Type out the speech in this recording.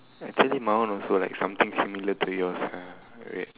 actually my one also like something similar to yours ah